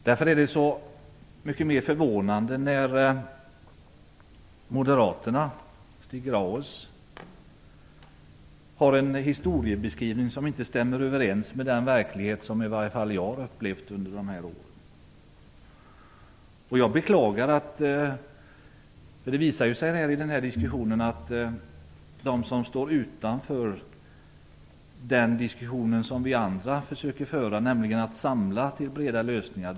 Därför är det förvånande att moderaterna, Stig Grauers, har en historieskrivning som inte stämmer överens med den verklighet som jag har upplevt under dessa år. Moderaterna ställer sig utanför den diskussion som vi andra försöker föra om att vi skall samla oss till breda lösningar.